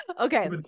okay